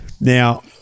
Now